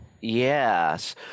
Yes